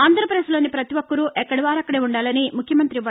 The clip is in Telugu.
ఆంధ్రప్రదేశ్లోని ప్రతి ఒక్కరు ఎక్కడి వారు అక్కడే ఉండాలని ముఖ్యమంత్రి వై